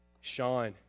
Sean